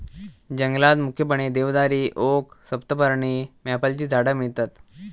जंगलात मुख्यपणे देवदारी, ओक, सप्तपर्णी, मॅपलची झाडा मिळतत